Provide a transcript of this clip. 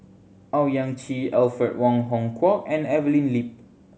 Owyang Chi Alfred Wong Hong Kwok and Evelyn Lip